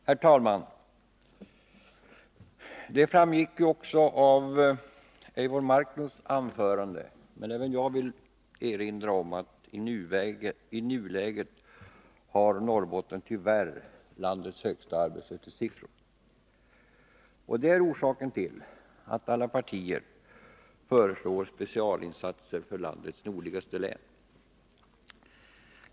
Herr talman! Det framgick av Eivor Marklunds anförande, men även jag vill erinra om att i nuläget har Norrbotten tyvärr landets högsta arbetslöshetssiffror. Det är orsaken till att alla partier föreslår specialinsatser för landets nordligaste län.